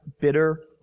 bitter